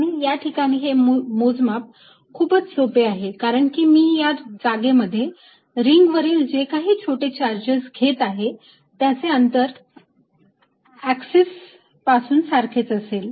आणि या ठिकाणी हे मोजमाप खूपच सोपे होते कारण की मी या जागेमध्ये रिंग वरील जे काही छोटे चार्जेस घेत आहे त्यांचे अंतर एक्सिस पासून सारखेच असेल